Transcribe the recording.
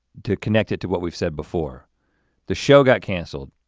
to connect it to what we've said before the show got canceled.